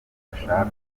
ashaka